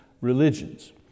religions